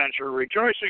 rejoicing